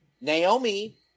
Naomi